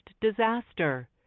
disaster